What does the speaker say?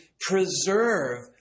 preserve